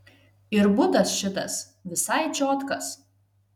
ir butas šitas visai čiotkas